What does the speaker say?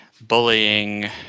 bullying